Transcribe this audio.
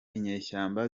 inyeshyamba